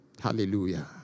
Hallelujah